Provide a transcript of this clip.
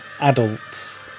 adults